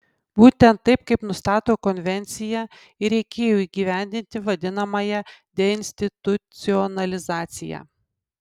būtent taip kaip nustato konvencija ir reikėjo įgyvendinti vadinamąją deinstitucionalizaciją